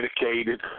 dedicated